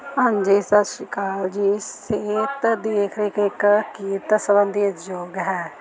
ਹਾਂਜੀ ਸਤਿ ਸ਼੍ਰੀ ਅਕਾਲ ਜੀ ਸਿਹਤ ਸੰਬੰਧੀ ਉਦਯੋਗ ਹੈ